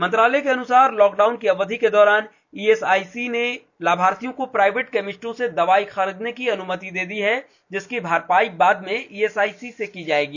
मंत्रालय के अनुसार लॉकडाउन की अवधि के दौरान ई एस आई सी ने लाभार्थियों को प्राइवेट केमिस्टों से दवाई खरीदने की अनुमति दे दी है जिसकी भरपाई बाद में ई एस आई सी से की जाएगी